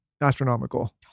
astronomical